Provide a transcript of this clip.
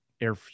air